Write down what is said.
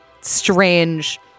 strange